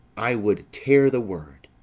i would tear the word.